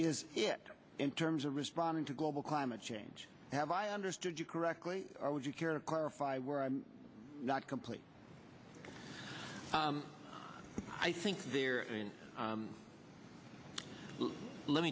is it in terms of responding to global climate change have i understood you correctly or would you care to clarify where i'm not completely i think there in